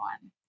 one